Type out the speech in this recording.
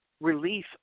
relief